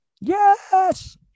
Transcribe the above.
Yes